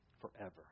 forever